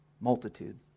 multitude